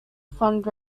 fund